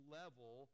level